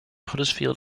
huddersfield